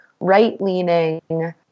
right-leaning